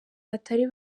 batari